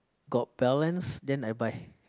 got balance then I buy